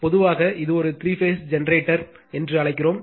எனவே பொதுவாக இது ஒரு த்ரீ பேஸ் ஜெனரேட்டர் என்று அழைக்கிறோம்